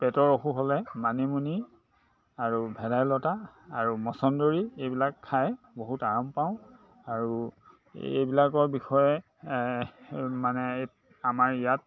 পেটৰ অসুখ হ'লে মানিমুনি আৰু ভেদাইলতা আৰু মচন্দৰী এইবিলাক খাই বহুত আৰাম পাওঁ আৰু এইবিলাকৰ বিষয়ে মানে আমাৰ ইয়াত